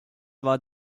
war